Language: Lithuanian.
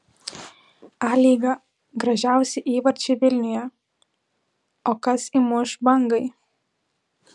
a lyga gražiausi įvarčiai vilniuje o kas įmuš bangai